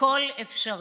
הכול אפשרי.